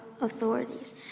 authorities